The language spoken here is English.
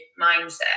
mindset